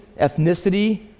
ethnicity